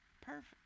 Perfect